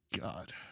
God